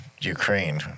Ukraine